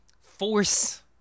force